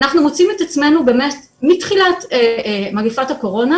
אנחנו מוצאים את עצמנו מתחילת מגפת הקורונה